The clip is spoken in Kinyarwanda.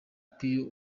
piyo